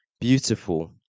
beautiful